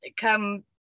come